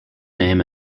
name